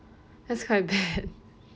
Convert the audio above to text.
that's quite bad